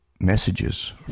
messages